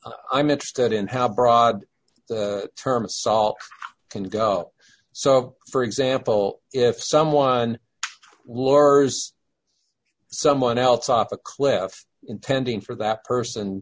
i'm interested in how broad the term assault can go so for example if someone lures someone else off a cliff intending for that person